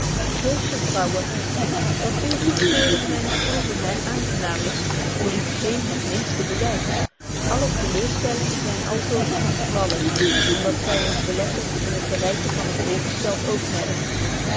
heusche vrouwen dat uwe goedkeuring myner proeve my aangenaam is behoeft geen het minste bewys alle te leurstellingen zyn altoos ongevallig om dat zy ons beletten in het bereiken van een voorgesteld oogmerk